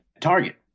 target